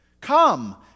Come